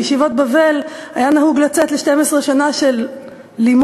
בישיבות בבל היה נהוג לצאת ל-12 שנה של לימוד,